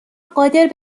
قادر